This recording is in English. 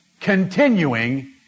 continuing